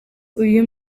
uyu